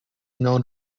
known